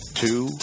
two